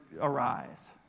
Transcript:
arise